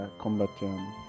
combattiamo